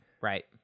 right